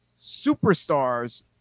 superstars